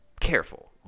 careful